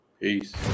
Peace